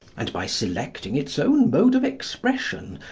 and by selecting its own mode of expression,